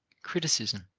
criticism,